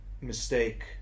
mistake